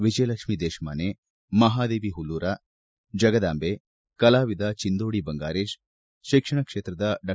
ವಿಜಯಲಕ್ಷ್ಮಿ ದೇಶಮಾನೆ ಮಹಾದೇವಿ ಹುಲ್ಲೂರು ಜಗದಾಂಬೆ ಕಲಾವಿದ ಚಿಂದೋಡಿ ಬಂಗಾರೇಶ್ ಶಿಕ್ಷಣ ಕ್ಷೇತ್ರದ ಡಾ